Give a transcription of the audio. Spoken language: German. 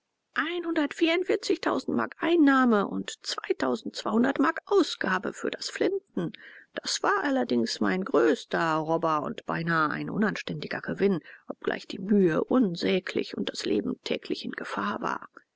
mark einnahme und mark ausgabe für die flinten das war allerdings mein größter robber und beinahe ein unanständiger gewinn obgleich die mühe unsäglich und das leben täglich in gefahr war